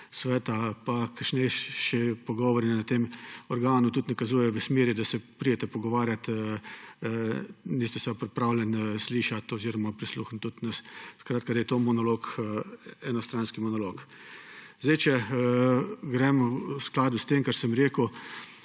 sveta, pa še kakšni pogovori na tem organu tudi nakazujejo v smeri, da se pridete pogovarjati, niste pa nas pripravljeni slišati oziroma prisluhniti tudi nam. Skratka, da je to enostranski monolog. Če grem v skladu s tem, kar sem rekel,